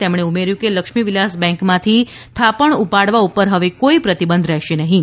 તેમણે ઉમેર્યું કે લક્ષ્મી વિલાસ બેન્ક માંથી થાપણ ઉપાડવા ઉપર હવે કોઈ પ્રતિબંધ રહેશે નહીં